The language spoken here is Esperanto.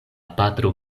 patro